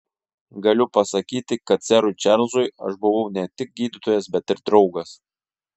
galiu pasakyti kad serui čarlzui aš buvau ne tik gydytojas bet ir draugas